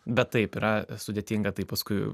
bet taip yra sudėtinga tai paskui